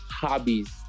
hobbies